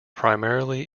primarily